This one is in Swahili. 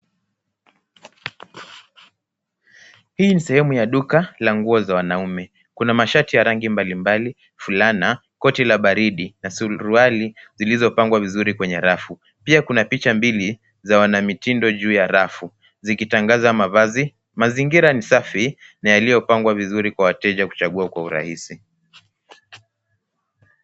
Hii ni sehemu ya duka la nguo za wanaume. Kuna mashati ya rangi mbali mbali, fulana, koti la baridi, na suruali zilizopangwa vizuri kwenye rafu. Pia kuna picha mbili za wanamitindo juu ya rafu, zikitangaza mavazi. Mazingira ni safi na yaliyopangwa vizuri kwa wateja kuchagu kwa urahisi.